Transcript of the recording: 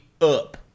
up